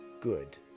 good